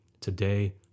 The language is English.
today